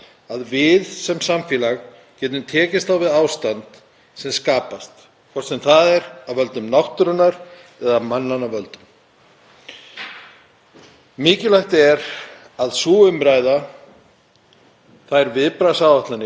Mikilvægt er að sú umræða, þær viðbragðsáætlanir og mótvægisaðgerðir séu gerðar núna en ekki korter í kaos.